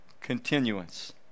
continuance